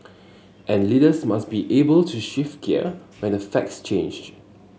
and leaders must be able to shift gear when the facts change